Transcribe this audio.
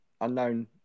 unknown